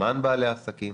למען בעלי עסקים